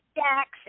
Dax